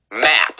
map